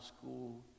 school